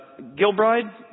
Gilbride